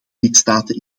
lidstaten